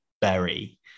Berry